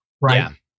Right